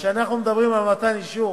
כשאנחנו מדברים על מתן אישור,